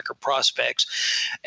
prospects